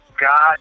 God